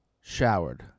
showered